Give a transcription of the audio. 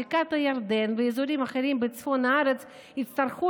בקעת הירדן ואזורים אחרים בצפון הארץ יצטרכו